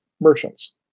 merchants